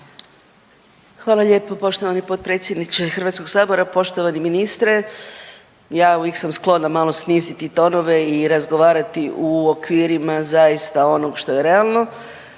Hvala lijepo poštovani potpredsjedniče Hrvatskog sabora, poštovani ministre. Ja uvijek sam sklona malo sniziti tonove i razgovarati u okvirima zaista onog što je realno.